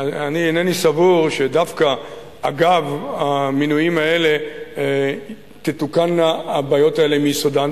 אני אינני סבור שדווקא אגב המינויים האלה תתוקנה הבעיות האלה מיסודן.